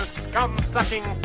scum-sucking